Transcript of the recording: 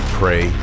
pray